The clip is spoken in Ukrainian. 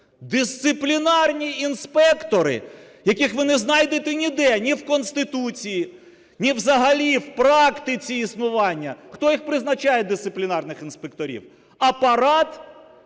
Дисциплінарні інспектори, яких ви не знайдете ніде, ні в Конституції, ні взагалі в практиці існування. Хто їх призначає, дисциплінарних інспекторів? Апарат